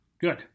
Good